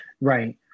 right